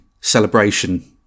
celebration